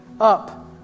up